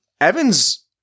Evan's